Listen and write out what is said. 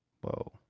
whoa